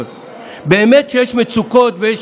באמת שיש מצוקות ויש